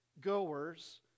goers